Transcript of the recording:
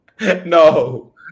No